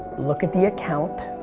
look at the account,